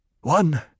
one